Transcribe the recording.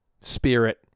spirit